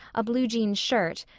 a blue jean shirt,